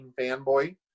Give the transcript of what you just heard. Fanboy